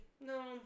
no